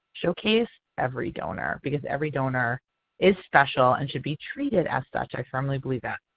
showcase every donor because every donor is special and should be treated as such. i firmly believe that.